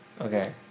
Okay